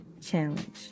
challenge